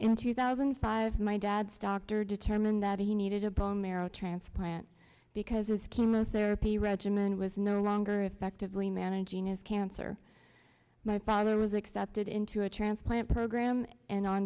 in two thousand and five my dad's doctor determined that he needed a bone marrow transplant because his chemotherapy regimen was no longer effectively managing his cancer my father was accepted into a transplant program and on